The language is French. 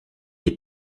est